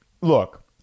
look